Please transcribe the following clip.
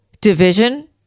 division